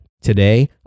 Today